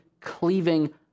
cleaving